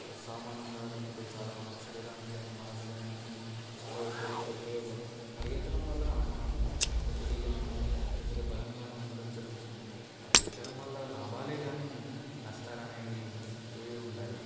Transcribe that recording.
సామాన్యంగా లేకపోతే చాలా మన శరీరానికి కానీ మానసికంగా కానీ చాలా ఉప ఉపయోగం పరిగెత్తడం వల్ల మనం హెల్తీగాను లేకపోతే బలంగాను ఉండడం జరుగుతుంది పరిగెత్తడం వల్ల లాభాలే కానీ నష్టాలు అనేవి ఏవి ఉండవు